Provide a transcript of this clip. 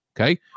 Okay